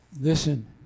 Listen